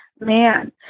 Man